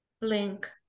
link